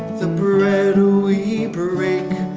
the bread we break,